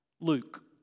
Luke